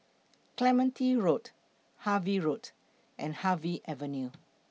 Clementi Road Harvey Road and Harvey Avenue